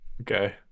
Okay